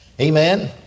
Amen